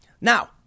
Now